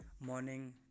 morning